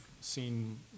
seen